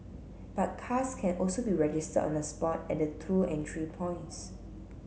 but cars can also be registered on the spot at the two entry points